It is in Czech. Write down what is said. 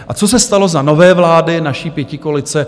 A co se stalo za nové vlády naší pětikoalice?